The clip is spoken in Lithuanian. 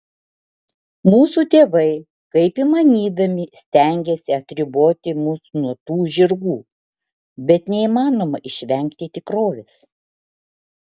mūsų tėvai kaip įmanydami stengėsi atriboti mus nuo tų žirgų bet neįmanoma išvengti tikrovės